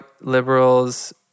liberals